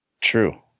True